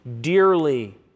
dearly